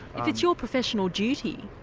if it's your professional duty,